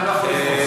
אני לא יכול לפספס.